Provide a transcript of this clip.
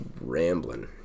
rambling